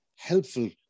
helpful